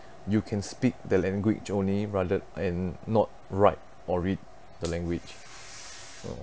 you can speak the language only rather and not write or read the language know